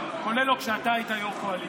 כולל לא כשאתה היית יו"ר קואליציה.